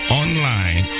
online